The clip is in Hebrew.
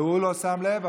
הוא לא שם לב.